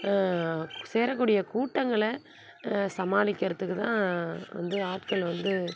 சேரக்கூடிய கூட்டங்களை சமாளிக்கிறதுக்கு தான் வந்து ஆட்கள் வந்து